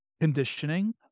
conditioning